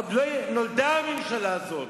עוד לא נולדה הממשלה הזאת,